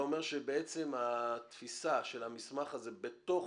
אומר שבעצם התפיסה של המסמך הזה בתוך